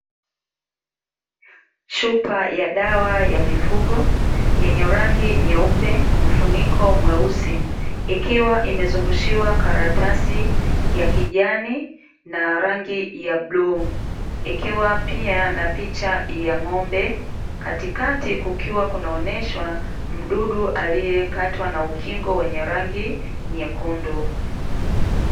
Chupa ya dawa ya mifugo ikiwa na rangi nyeupe na mfuniko mweusi, ikiwa imezungushiwa mfuko wa kiajani na rangi ya bluu, ikiwa pia na picha ya ng'ombe katikati kukiwa kunaoneshwa mdudu aliyekatwa na ukingo wa rangi nyekundu.